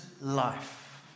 Life